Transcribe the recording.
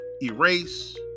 erase